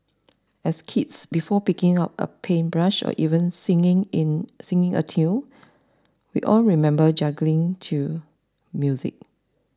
as kids before picking up a paintbrush or even singing in singing a tune we all remember juggling to music